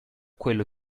quello